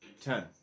Ten